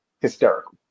hysterical